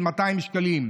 של 200 שקלים.